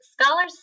scholars